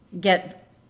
get